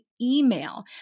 email